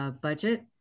budget